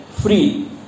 free